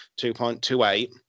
2.28